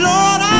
Lord